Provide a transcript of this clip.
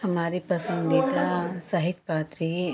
हमारे पसंदीदा साहितपात्र यह